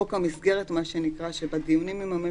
מה שנקרא "חוק המסגרת",